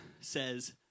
says